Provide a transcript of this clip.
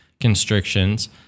constrictions